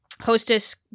Hostess